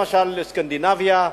למשל סקנדינביה,